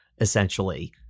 essentially